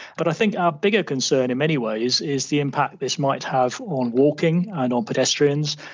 but i think our bigger concern, in many ways, is the impact this might have on walking and on pedestrians,